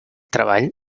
treball